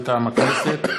מטעם הכנסת: